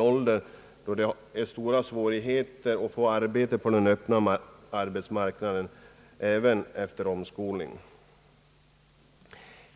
åldern är det stora svårigheter att få arbete på den öppna arbetsmarknaden, även efter omskolning.